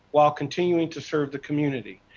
while continuing to serve the community.